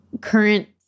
current